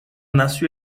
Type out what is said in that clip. nació